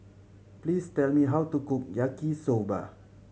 please tell me how to cook Yaki Soba